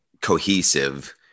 cohesive